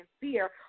fear